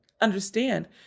understand